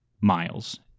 miles